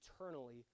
eternally